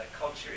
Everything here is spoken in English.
culture